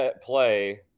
play